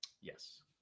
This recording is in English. Yes